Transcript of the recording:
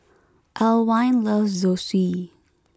Alwine loves Zosui